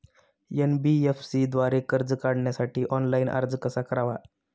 NBFC द्वारे कर्ज काढण्यासाठी ऑनलाइन अर्ज कसा करावा?